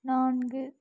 நான்கு